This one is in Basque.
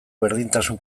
berdintasun